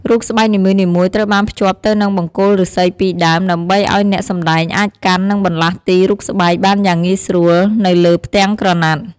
រូបស្បែកនីមួយៗត្រូវបានភ្ជាប់ទៅនឹងបង្គោលឫស្សីពីរដើម ដើម្បីឲ្យអ្នកសម្តែងអាចកាន់ និងបន្លាស់ទីរូបស្បែកបានយ៉ាងងាយស្រួលនៅលើផ្ទាំងក្រណាត់។